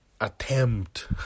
attempt